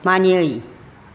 मानियै